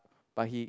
but he